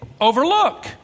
overlook